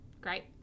Great